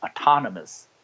autonomous